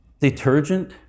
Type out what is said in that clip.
detergent